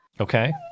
Okay